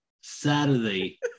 Saturday